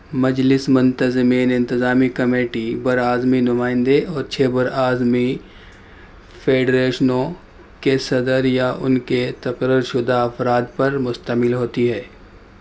مجلس منتظمین انتظامی کمیٹی بر اعظمی نمائندے اور چھ بر اعظمی فیڈریشنوں کے صدر یا ان کے تقرر شدہ افراد پر مشتمل ہوتی ہے